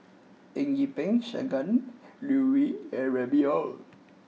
Eng Yee Peng Shangguan Liuyun and Remy Ong